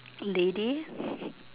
lady